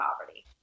poverty